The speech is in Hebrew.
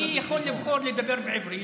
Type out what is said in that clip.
אני יכול לבחור לדבר בעברית,